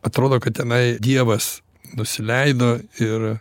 atrodo kad tenai dievas nusileido ir